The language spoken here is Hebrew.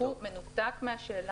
הוא מנותק מהשאלה,